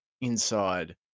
inside